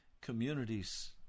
Communities